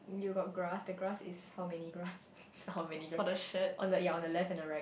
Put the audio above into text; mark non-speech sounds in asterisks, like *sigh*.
you got grass the grass is how many grass *laughs* how many grass on the ya on left or on the right